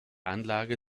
anlage